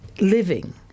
living